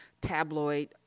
tabloid